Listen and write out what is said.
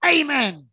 Amen